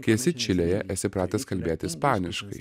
kai esi čilėje esi pratęs kalbėti ispaniškai